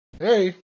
Hey